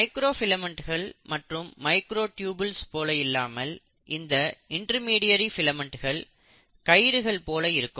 micro ஃபிலமெண்ட்டுகள் மற்றும் microtubules போல இல்லாமல் இந்த இன்டர்மீடியரி ஃபிலமெண்ட்கள் கயிறுகள் போல இருக்கும்